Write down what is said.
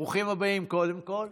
ברוכים הבאים, קודם כול,